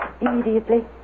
immediately